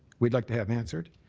we'd like to have answered.